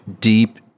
deep